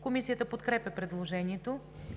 Комисията подкрепя предложението.